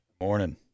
morning